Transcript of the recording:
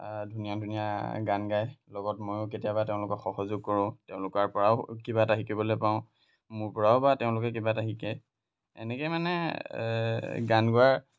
ধুনীয়া ধুনীয়া গান গায় লগত ময়ো কেতিয়াবা তেওঁলোকক সহযোগ কৰোঁ তেওঁলোকৰ পৰাও কিবা এটা শিকিবলৈ পাওঁ মোৰ পৰাও বা তেওঁলোকে কিবা এটা শিকে এনেকৈ মানে গান গোৱাৰ